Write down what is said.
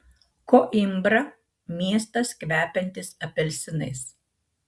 koimbra miestas kvepiantis apelsinais